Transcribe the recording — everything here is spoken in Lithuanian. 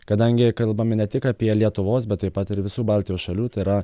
kadangi kalbame ne tik apie lietuvos bet taip pat ir visų baltijos šalių tai yra